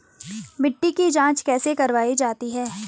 मिट्टी की जाँच कैसे करवायी जाती है?